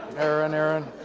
aaron, aaron.